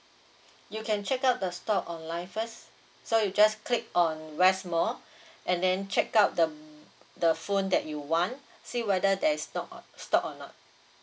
you can check out the stock online first so you just click on west mall and then check out the mm the phone that you want see whether there is stock or stock or not